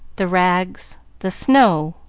the rags, the snow,